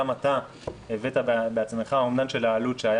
גם אתה בעצמך הבאת אומדן של העלות.